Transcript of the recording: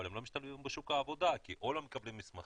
אבל הם לא משתלבים היום בשוק העבודה כי או שהם לא מקבלים את המסמכים,